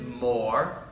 more